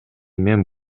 мен